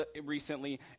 recently